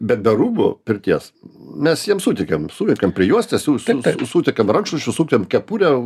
bet be rūbų pirties mes jiem suteikiam suteikiam prijuostę su su suteikiam rankšluosčius suteikiam kepurę